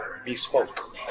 Bespoke